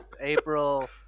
April